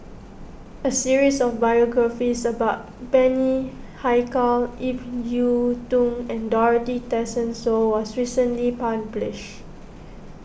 a series of biographies about Bani Haykal Ip Yiu Tung and Dorothy Tessensohn was recently published